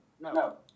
No